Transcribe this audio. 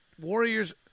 Warriors